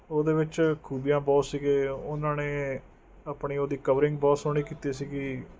ਉਹਦੇ ਵਿੱਚ ਖੂਬੀਆਂ ਬਹੁਤ ਸੀਗੇ ਉਹਨਾਂ ਨੇ ਆਪਣੀ ਉਹਦੀ ਕਵਰਿੰਗ ਬਹੁਤ ਸੋਹਣੀ ਕੀਤੀ ਸੀਗੀ